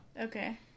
Okay